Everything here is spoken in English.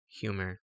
humor